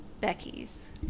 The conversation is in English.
Becky's